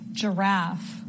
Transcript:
giraffe